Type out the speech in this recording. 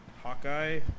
Hawkeye